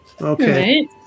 okay